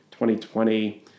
2020